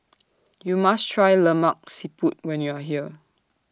YOU must Try Lemak Siput when YOU Are here